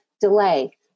delay